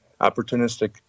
opportunistic